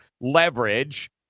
leverage